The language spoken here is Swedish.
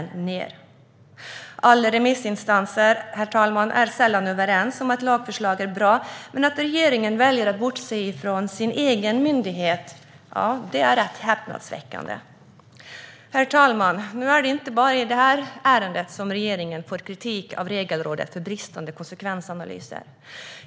Det är sällan alla remissinstanser är överens om huruvida ett lagförslag är bra, herr talman, men att regeringen väljer att bortse från sin egen myndighet är rätt häpnadsväckande. Herr talman! Nu är det inte bara i det här ärendet som regeringen får kritik av Regelrådet för bristande konsekvensanalyser.